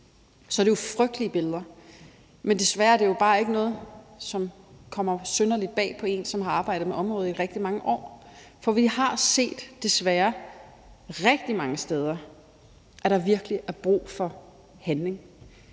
det er nogle frygtelige billeder, men desværre er det jo bare ikke noget, der kommer synderligt bag på en, som har arbejdet med området i rigtig mange år. For vi har desværre set, at der rigtig mange steder virkelig er brug for handling.